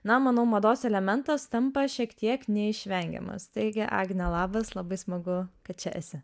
na manau mados elementas tampa šiek tiek neišvengiamas taigi agne labas labai smagu kad čia esi